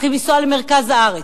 צריכים לנסוע למרכז הארץ,